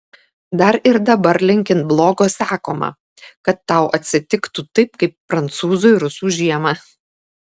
dar ir dabar linkint blogo sakoma kad tau atsitiktų taip kaip prancūzui rusų žiemą